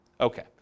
okay